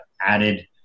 added